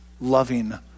loving